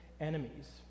enemies